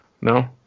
No